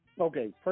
Okay